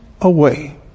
away